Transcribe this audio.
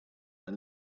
and